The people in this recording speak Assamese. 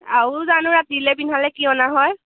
আৰু জানো ৰাতিলে পিন্ধালৈ কি অনা হয়